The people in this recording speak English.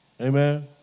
Amen